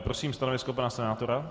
Prosím stanovisko pana senátora.